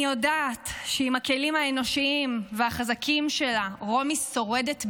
אני יודעת שעם הכלים האנושיים והחזקים שלה רומי שורדת בגבורה,